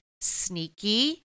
sneaky